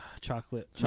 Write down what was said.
Chocolate